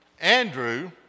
Andrew